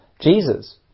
Jesus